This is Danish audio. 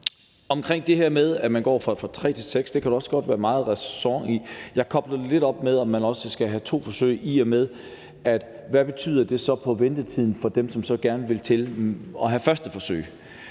Omkring det her med, at man går fra tre til seks, kan der også godt være meget ræson i det. Jeg kobler det, om man også skal have to forsøg, lidt op med, hvad det så betyder for ventetiden for dem, som gerne vil have det første forsøg.